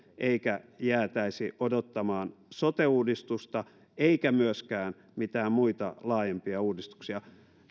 eikä jäätäisi odottamaan sote uudistusta eikä myöskään mitään muita laajempia uudistuksia